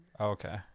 Okay